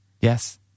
Yes